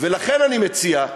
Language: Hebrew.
ולכן אני מציע,